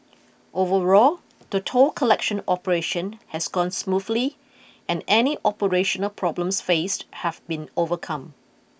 overall the toll collection operation has gone smoothly and any operational problems faced have been overcome